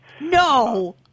No